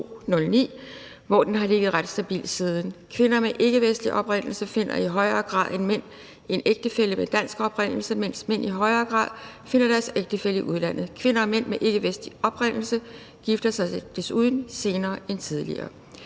hvor den har ligget ret stabilt siden. Kvinder med ikkevestlig oprindelse finder i højere grad en ægtefælle med dansk oprindelse, mens mænd i højere grad finder deres ægtefælle i udlandet. Kvinder og mænd med ikkevestlig oprindelse gifter sig desuden senere end tidligere.